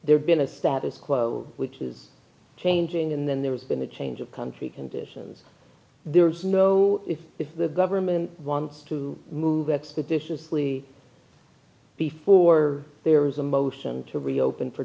there there's been a status quo which is changing and then there's been a change of country conditions there is no if the government wants to move expeditiously before there is a motion to reopen for